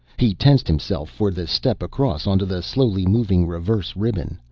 he tensed himself for the step across onto the slowly-moving reverse ribbon.